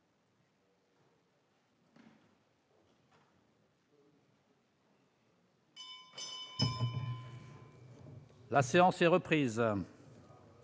La séance est reprise.